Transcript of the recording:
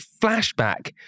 flashback